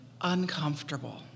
uncomfortable